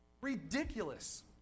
ridiculous